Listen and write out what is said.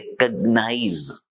recognize